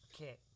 okay